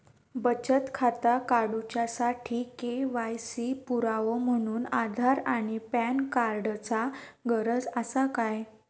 बचत खाता काडुच्या साठी के.वाय.सी पुरावो म्हणून आधार आणि पॅन कार्ड चा गरज आसा काय?